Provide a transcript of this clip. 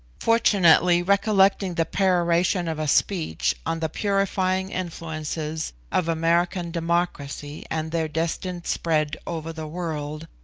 fortunately recollecting the peroration of a speech, on the purifying influences of american democracy and their destined spread over the world,